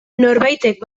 norbaitek